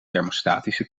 thermostatische